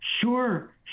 Sure